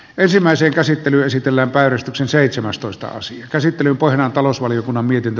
ensimmäisen käsittely esitellä päivystyksen seitsemästoista asian käsittely painaa talousvaliokunnan mietintö